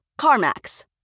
CarMax